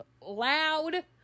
loud